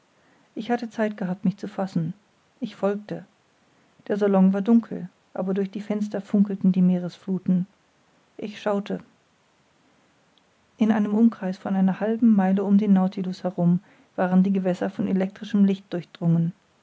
ich hatte zeit gehabt mich zu fassen ich folgte der salon war dunkel aber durch die fenster funkelten die meeresfluthen ich schaute in einem umkreis von einer halben meile um den nautilus herum waren die gewässer von elektrischem licht